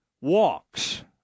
walks